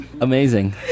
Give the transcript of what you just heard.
Amazing